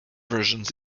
versions